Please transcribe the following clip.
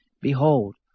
Behold